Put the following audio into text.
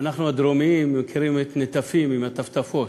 אנחנו הדרומיים מכירים את "נטפים" עם הטפטפות.